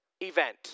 event